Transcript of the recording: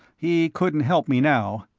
he couldn't help me now.